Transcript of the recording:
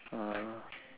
ah